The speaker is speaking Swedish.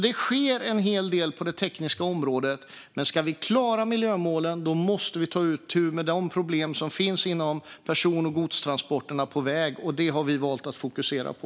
Det sker alltså en hel del på det tekniska området, men ska vi klara miljömålen måste vi ta itu med de problem som finns inom person och godstransporterna på väg. Det har vi valt att fokusera på.